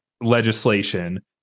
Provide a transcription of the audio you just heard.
legislation